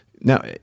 Now